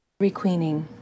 Requeening